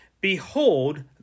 Behold